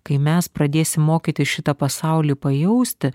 kai mes pradėsim mokytis šitą pasaulį pajausti